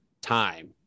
time